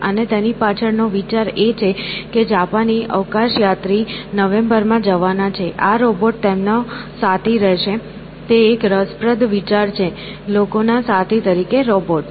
અને તેની પાછળ નો વિચાર એ છે કે જે જાપાની અવકાશયાત્રી નવેમ્બરમાં જવાના છે આ રોબોટ તેમનો સાથી હશે તે એક રસપ્રદ વિચાર છે લોકોના સાથી તરીકે રોબોટ્સ